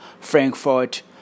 Frankfurt